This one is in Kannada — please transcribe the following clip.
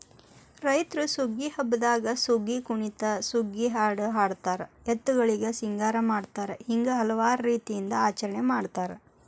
ರೈತ್ರು ಸುಗ್ಗಿ ಹಬ್ಬದಾಗ ಸುಗ್ಗಿಕುಣಿತ ಸುಗ್ಗಿಹಾಡು ಹಾಡತಾರ ಎತ್ತುಗಳಿಗೆ ಸಿಂಗಾರ ಮಾಡತಾರ ಹಿಂಗ ಹಲವಾರು ರೇತಿಯಿಂದ ಆಚರಣೆ ಮಾಡತಾರ